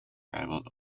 rivaled